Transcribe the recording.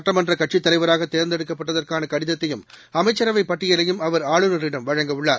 சுட்டமன்றக் கட்சித் தலைவராகதேர்ந்தெடுக்கப்பட்டதற்கானகடிதத்தையும் அமைச்சரவைபட்டியலையும் அவர் ஆளுநரிடம் வழங்க உள்ளார்